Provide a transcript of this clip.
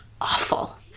awful